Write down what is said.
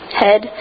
head